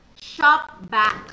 Shopback